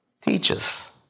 teaches